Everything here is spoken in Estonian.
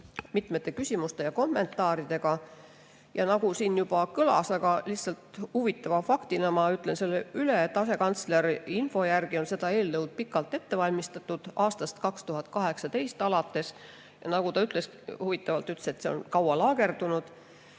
mitmeid küsimusi ja kommentaare. Ja nagu siin juba kõlas, aga lihtsalt huvitava faktina ma ütlen selle üle, et asekantsleri info järgi on seda eelnõu pikalt ette valmistatud, aastast 2018 alates. Nagu ta huvitavalt ütles, see on kaua laagerdunud